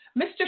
Mr